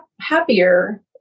happier